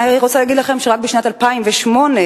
אני רוצה להגיד לכם שרק בשנת 2008 נהרגו